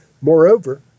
Moreover